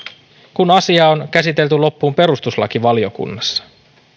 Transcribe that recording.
kun asia on käsitelty loppuun perustuslakivaliokunnassa